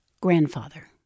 grandfather